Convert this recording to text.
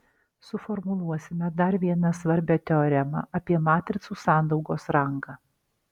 suformuluosime dar vieną svarbią teoremą apie matricų sandaugos rangą